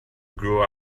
grow